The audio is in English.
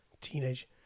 teenage